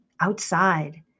outside